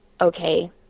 okay